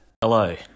Hello